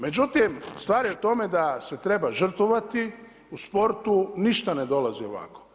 Međutim, stvar je u tome da se treba žrtvovati u sportu ništa ne dolazi ovako.